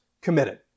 committed